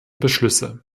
beschlüsse